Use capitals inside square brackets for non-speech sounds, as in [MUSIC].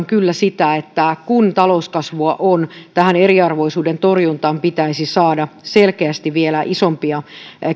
[UNINTELLIGIBLE] kyllä sitä että kun talouskasvua on tähän eriarvoisuuden torjuntaan pitäisi saada selkeästi vielä isompia